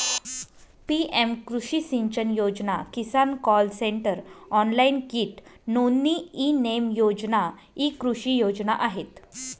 PM कृषी सिंचन योजना, किसान कॉल सेंटर, ऑनलाइन कीट नोंदणी, ई नेम योजना इ कृषी योजना आहेत